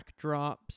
backdrops